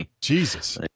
Jesus